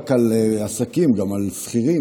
רק על עסקים, גם על שכירים.